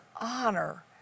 honor